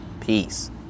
Peace